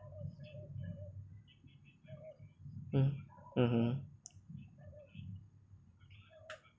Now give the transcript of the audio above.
mmhmm